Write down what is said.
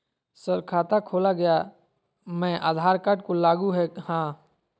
Sir खाता खोला गया मैं आधार कार्ड को लागू है हां?